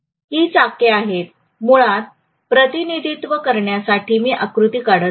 ही चाके आहेत मुळात प्रतिनिधित्त्व करण्यासाठी मी आकृती काढत आहे